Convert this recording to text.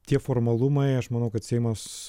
tie formalumai aš manau kad seimas